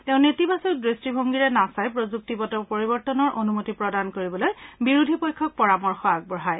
তেওঁ নেতিবাচক দৃষ্টিভংগীৰে নাচাই প্ৰযুক্তিগত পৰিৱৰ্তনৰ অনুমতি প্ৰদান কৰিবলৈ বিৰোধী পক্ষক পৰামৰ্শ আগবঢ়ায়